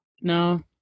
No